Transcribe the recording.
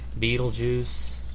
Beetlejuice